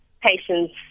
patients